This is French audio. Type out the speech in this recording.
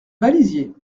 balisier